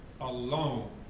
alone